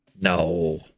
No